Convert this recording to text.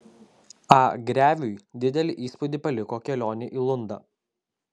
a greviui didelį įspūdį paliko kelionė į lundą